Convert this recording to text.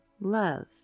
love